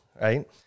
right